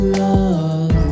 love